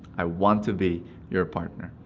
i want to be your partner.